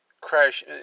crash